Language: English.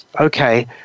okay